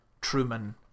Truman